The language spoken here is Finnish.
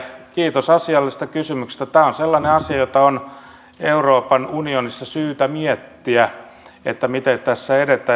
tämä on sellainen asia jota on euroopan unionissa syytä miettiä miten tässä edetään